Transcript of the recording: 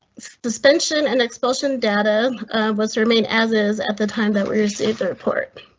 suspension and expulsion data was remain as is at the time that we received the report.